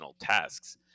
tasks